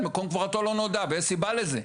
מקום קבורתו של משה רבנו לא נודע ויש סיבה לזה.